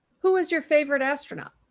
who is your favorite astronaut?